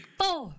four